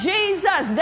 Jesus